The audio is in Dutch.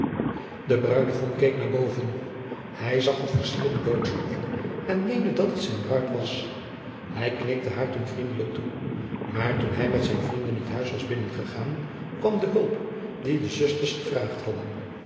de bruigom keek naar boven hij zag het versierde doodshoofd en meende dat het zijn bruid was hij knikte haar toen vriendelijk toe maar toen hij met zijn vrienden het huis was binnen gegaan kwam de hulp die de zusters gevraagd hadden